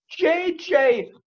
JJ